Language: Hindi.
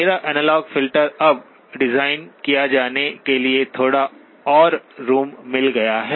मेरा एनालॉग फ़िल्टर अब डिज़ाइन किए जाने के लिए थोड़ा और रूम मिल गया है